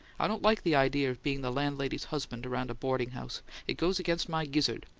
i don't like the idea of being the landlady's husband around a boarding-house it goes against my gizzard.